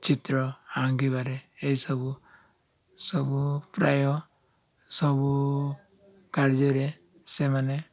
ଚିତ୍ର ଆଙ୍କିବାରେ ଏସବୁ ସବୁ ପ୍ରାୟ ସବୁ କାର୍ଯ୍ୟରେ ସେମାନେ